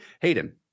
Hayden